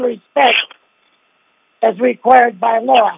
respects as required by law